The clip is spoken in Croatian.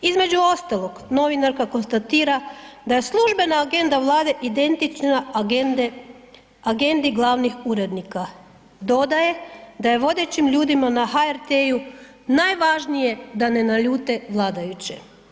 Između ostalog novinarka konstatira da je službena agenda Vlade identična agende, agendi glavnih urednika, dodaje da je vodećim ljudima na HRT-u najvažnije da ne naljute vladajuće.